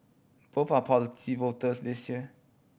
both are policy voters this year